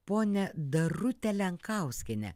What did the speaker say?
ponią darutę lenkauskienę